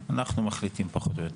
אנחנו מחליטים פחות או יותר.